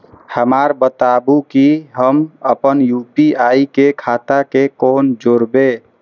हमरा बताबु की हम आपन यू.पी.आई के खाता से कोना जोरबै?